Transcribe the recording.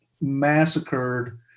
massacred